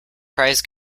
prize